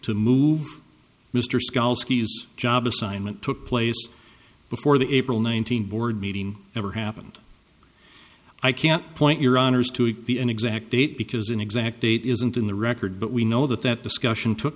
to move mr scott job assignment took place before the april nineteenth board meeting ever happened i can't point your honour's to an exact date because an exact date isn't in the record but we know that that discussion took